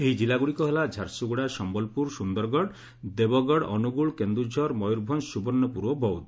ଏହି ଜିଲ୍ଲଗୁଡ଼ିକ ହେଲା ଝାରସୁଗୁଡ଼ା ସମ୍ୟଲପୁର ସୁନ୍ଦରଗଡ଼ ଦେବଗଡ଼ ଅନୁଗୁଳ କେନ୍ଦୁଝର ମୟରଭଞ୍ଞ ସୁବର୍ଷପୁର ଓ ବୌଦ